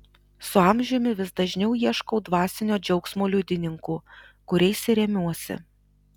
su amžiumi vis dažniau ieškau dvasinio džiaugsmo liudininkų kuriais ir remiuosi